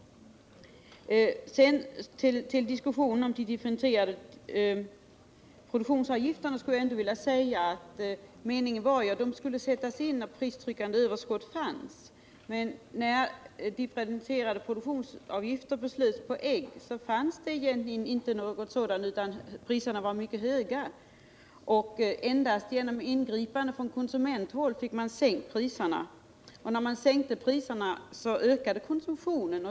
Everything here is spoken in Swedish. Då det gäller diskussionen om de differentierade produktionsavgifterna skulle jag ändå vilja säga att meningen var ju att de skulle sättas in där pristryckande överskott fanns. Men när differentierade produktionsavgifter beslöts på ägg, så fanns det egentligen inte något sådant överskott, utan priserna var mycket höga, och endast genom ingripande från konsumenthåll fick man priserna sänkta. När man sänkte priserna ökade konsumtionen.